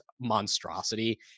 monstrosity